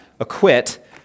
Acquit